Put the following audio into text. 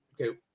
okay